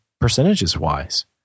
percentages-wise